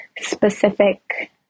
specific